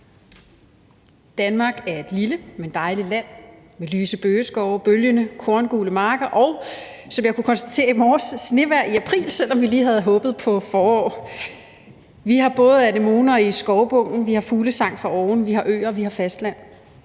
Danmark er et lille, men dejligt land med lyse bøgeskove, bølgende korngule marker og, som jeg kunne konstatere i morges, snevejr i april, selv om vi lige havde håbet på forår. Vi har anemoner i skovbunden, vi har fuglesang foroven, vi har øer, og vi har fastland.